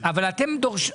אבל אתם דורשים